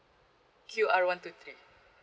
Q_R one two three